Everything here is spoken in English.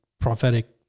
prophetic